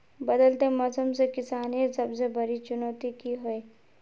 बदलते मौसम से किसानेर सबसे बड़ी चुनौती की होय?